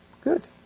Good